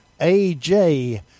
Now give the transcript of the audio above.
AJ